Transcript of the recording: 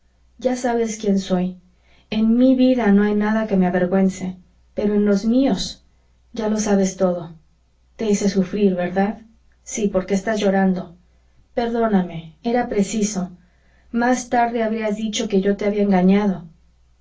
ya sabes quien soy en mi vida no hay nada que me avergüence pero en los míos ya lo sabes todo te hice sufrir verdad sí porque estás llorando perdóname era preciso más tarde habrías dicho que yo te había engañado